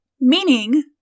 meaning